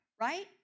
right